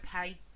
okay